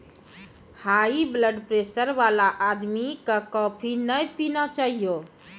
high blood pressure वाला आदमी कॅ कॉफी नय पीना चाहियो